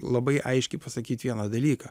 labai aiškiai pasakyt vieną dalyką